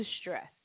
stress